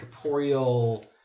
corporeal